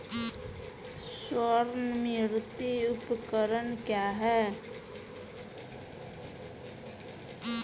स्वनिर्मित उपकरण क्या है?